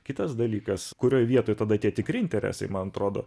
kitas dalykas kurioj vietoj tada tie tikri interesai man atrodo